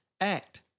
act